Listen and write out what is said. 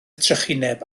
trychineb